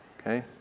okay